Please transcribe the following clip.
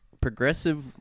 Progressive